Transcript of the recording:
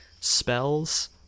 spells